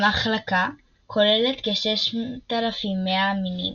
המחלקה כוללת כ-6,100 מינים.